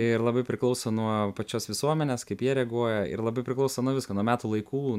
ir labai priklauso nuo pačios visuomenės kaip jie reaguoja ir labai priklauso nuo visko nuo metų laikų